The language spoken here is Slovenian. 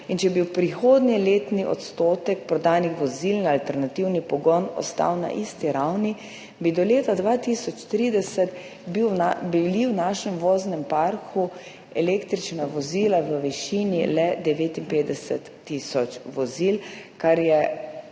in če bi v prihodnje letni odstotek prodanih vozil na alternativni pogon ostal na isti ravni, bi bilo do leta 2030 v našem voznem parku električnih vozil le 59 tisoč, kar je